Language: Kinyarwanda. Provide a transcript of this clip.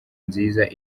nziza